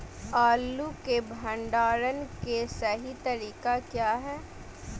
आलू के भंडारण के सही तरीका क्या है?